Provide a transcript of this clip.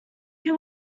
who